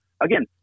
again